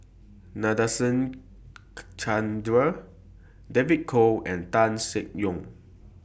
Nadasen Chandra David Kwo and Tan Seng Yong